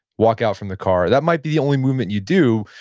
walk out from the car. that might be the only movement you do,